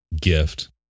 gift